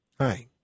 Hi